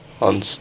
on